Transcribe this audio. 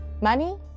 money